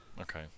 Okay